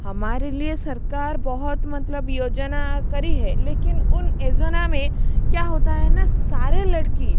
हमारे लिए सरकार बहुत मतलब योजना करी है लेकिन उन योजना में क्या होता है ना सारे लड़की